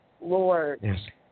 Lord